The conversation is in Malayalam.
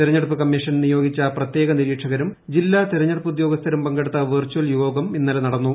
തിരഞ്ഞെടുപ്പ് കമ്മീഷൻ നിയോഗിച്ച പ്രത്യേക നിരീക്ഷകരും ജില്ലാ തിരഞ്ഞെടുപ്പ് ഉദ്യോഗസ്ഥരും പങ്കെടുത്ത വെർച്ചൽ യോഗം ഇന്നലെ നടന്നു